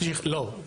לא,